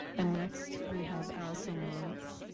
and next, we have alison morantz.